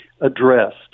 addressed